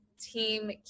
Team